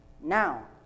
Now